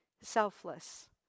selfless